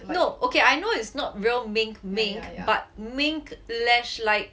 no okay I know it's not real mink mink but mink lash like